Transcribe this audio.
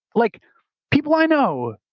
like people i know,